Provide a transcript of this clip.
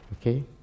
okay